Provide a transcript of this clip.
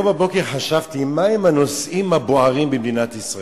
היום בבוקר חשבתי מהם הנושאים הבוערים במדינת ישראל,